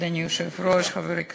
אדוני היושב-ראש, חברי הכנסת,